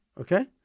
Okay